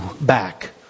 back